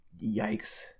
yikes